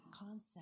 concept